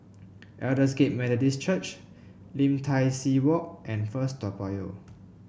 Aldersgate Methodist Church Lim Tai See Walk and First Toa Payoh